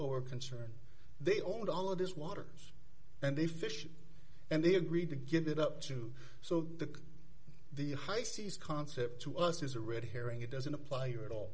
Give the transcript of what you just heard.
or concerned they owned all of this water and the fish and they agreed to give it up too so that the high seas concept to us is a red herring it doesn't apply here at all